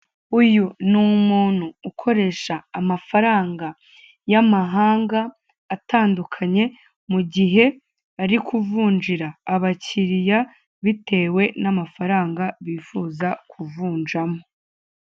Uyu ni umuntu ukoresha amafaranga y'Amahanga atandukanye, mu gihe ari kuvunjira abakiriya bitewe n'amafaranga bifuza kuvunjamo.